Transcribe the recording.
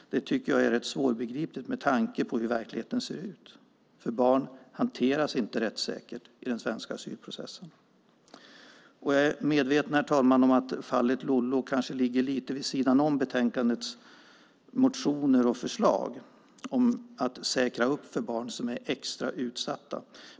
Det tycker jag är rätt svårbegripligt med tanke på hur verkligheten ser ut. Barn hanteras inte rättssäkert i den svenska asylprocessen. Jag är medveten, herr talman, om att fallet Lollo kanske ligger lite vid sidan om betänkandets motioner och förslag om att säkra upp för barn som är extra utsatta.